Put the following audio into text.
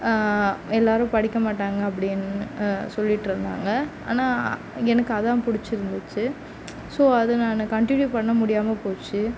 எல்லோரும் படிக்க மாட்டாங்க அப்டின்னு சொல்லிகிட்ருந்தாங்க ஆனால் எனக்கு அதான் பிடிச்சிருந்துச்சு ஸோ அது நான் கன்டினியூ பண்ண முடியாமல் போச்சு